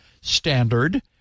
Standard